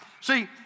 See